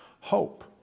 hope